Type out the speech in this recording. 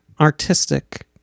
artistic